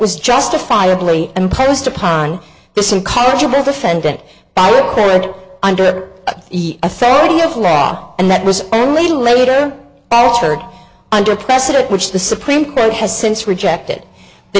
was justifiably imposed upon this incorrigible defendant by a parent under the authority of and that was only later after under precedent which the supreme court has since rejected the